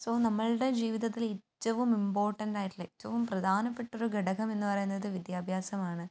so നമ്മളുടെ ജീവിതത്തില് ഏറ്റവും ഇമ്പോർട്ടൻറ്റായിട്ടുള്ള ഏറ്റവും പ്രധാനപ്പെട്ടൊരു ഘടകം എന്ന് പറയുന്നത് വിദ്യാഭ്യാസമാണ്